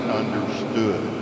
understood